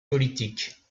politiques